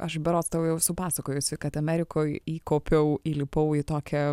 aš berods tau jau esu pasakojusi kad amerikoj įkopiau įlipau į tokią